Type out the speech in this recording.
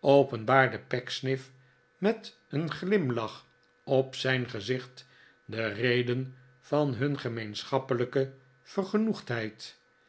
openbaarde pecksniff met een glimlach op zijn gezicht de reden van hun gemeenschappelijke